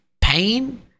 pain